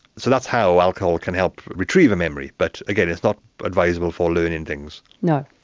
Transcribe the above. so that's how alcohol can help retrieve a memory. but again, it is not advisable for learning things. no.